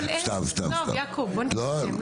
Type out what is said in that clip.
בואו נתקדם.